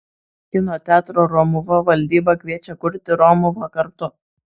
kino teatro romuva valdyba kviečia kurti romuvą kartu